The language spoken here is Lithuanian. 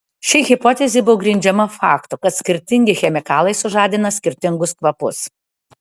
ši hipotezė buvo grindžiama faktu kad skirtingi chemikalai sužadina skirtingus kvapus